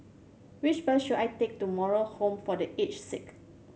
which bus should I take to Moral Home for The Aged Sick